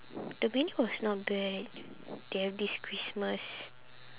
the menu was not bad they have this christmas